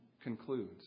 Concludes